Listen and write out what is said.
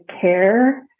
care